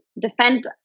defend